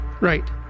Right